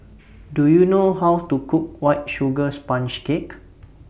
Do YOU know How to Cook White Sugar Sponge Cake